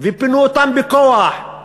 ופינו אותם בכוח,